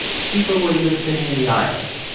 people were even sitting in the aisles.